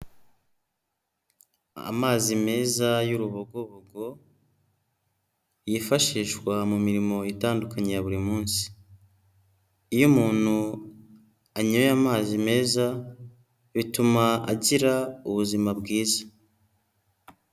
Amazi meza y'urubogobogo yifashishwa mu mirimo itandukanye ya buri munsi, iyo umuntu anyoye amazi meza bituma agira ubuzima bwiza.